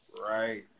Right